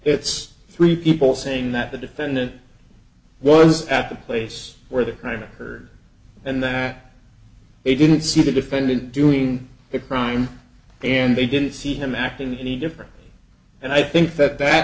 it's three people saying that the defendant was at the place where the crime occurred and that he didn't see the defendant doing the crime and they didn't see him acting any differently and i think that that